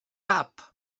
tap